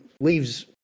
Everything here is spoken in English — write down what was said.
leaves